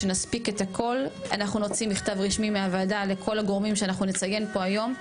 אנחנו נוציא מכתב רשמי מהוועדה לכל הגורמים שאנחנו נציין פה היום,